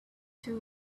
two